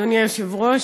אדוני היושב-ראש,